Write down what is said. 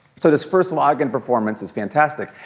so this first login performance is fantastic.